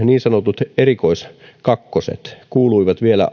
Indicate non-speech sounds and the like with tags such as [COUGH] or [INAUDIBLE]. [UNINTELLIGIBLE] niin sanotut erikoiskakkoset kuuluivat vielä [UNINTELLIGIBLE]